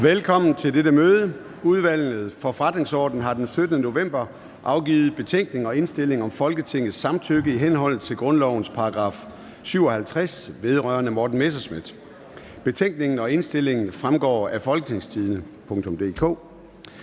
Velkommen til dette møde. Udvalget for Forretningsordenen har den 17. november 2022 afgivet: Betænkning og indstilling om Folketingets samtykke i henhold til grundlovens § 57. (Vedrørende Morten Messerschmidt). (Beslutningsforslag nr. B 2). Betænkningen og indstillingen vil fremgå af www. folketingstidende.dk.